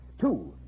Two